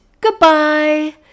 Goodbye